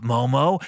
Momo